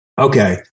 Okay